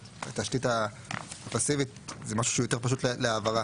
ושהתשתית הפסיבית זה משהו שיותר פשוט להעברה.